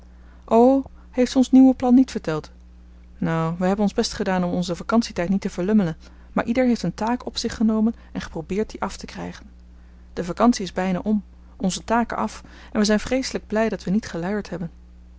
o heeft ze ons nieuwe plan niet verteld nou we hebben ons best gedaan om onzen vacantietijd niet te verlummelen maar ieder heeft een taak op zich genomen en geprobeerd die af te krijgen de vacantie is bijna om onze taken af en we zijn vreeselijk blij dat we niet geluierd hebben